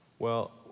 well,